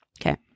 Okay